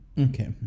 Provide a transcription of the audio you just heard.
Okay